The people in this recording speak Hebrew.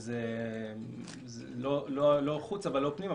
לא חוץ ולא פנים,